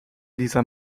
dieser